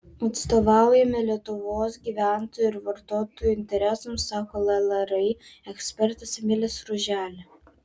atstovaujame lietuvos gyventojų ir vartotojų interesams sako llri ekspertas emilis ruželė